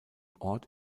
ort